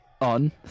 On